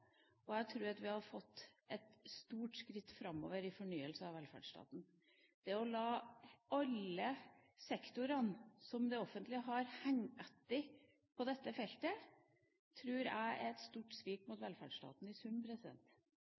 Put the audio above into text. Og jeg tror det hadde vært et stort skritt framover i fornyelse av velferdsstaten. Det å la alle sektorene i det offentlige henge etter på dette feltet, tror jeg i sum er et stort svik mot velferdsstaten.